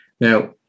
Now